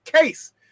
case